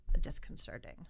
disconcerting